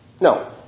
No